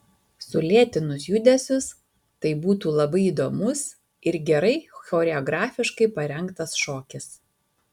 sulėtinus judesius tai būtų labai įdomus ir gerai choreografiškai parengtas šokis